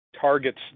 targets